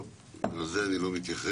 טוב, לזה אני לא מתייחס.